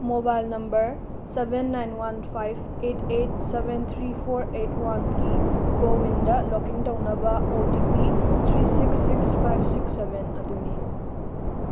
mobile number seven nine one five eight eight seven three four eight ꯋꯥꯟꯒꯤ ꯀꯣꯋꯤꯟꯗ login ꯇꯧꯅꯕ O T P three six six five six seven ꯑꯗꯨꯅꯤ